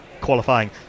qualifying